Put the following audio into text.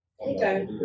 Okay